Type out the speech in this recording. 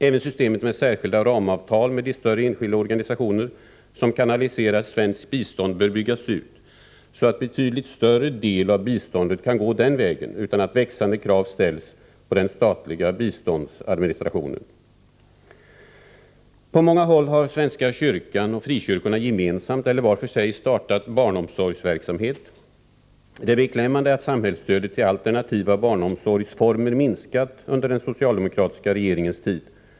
Även systemet med särskilda ramavtal med de större enskilda organisationer som kanaliserar svenskt bistånd bör byggas ut, så att betydligt större del av biståndet kan gå den vägen utan att växande krav ställs på den statliga biståndsadministrationen. På många håll har svenska kyrkan och frikyrkorna gemensamt eller var för sig startat barnomsorgsverksamhet. Det är beklämmande att samhällsstödet till alternativa barnomsorgsformer minskat under den socialdemokratiska regeringens tid.